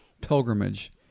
pilgrimage